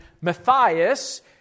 Matthias